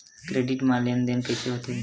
Credit मा लेन देन कइसे होथे?